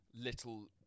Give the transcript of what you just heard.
little